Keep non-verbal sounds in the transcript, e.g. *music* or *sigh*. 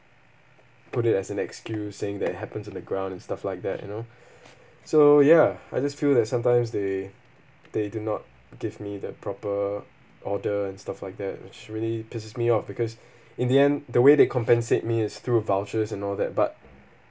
put it as an excuse saying that happens in the ground and stuff like that you know *breath* so ya I just feel that sometimes they they do not give me the proper order and stuff like that which really pisses me off because in the end the way they compensate me is through vouchers and all that but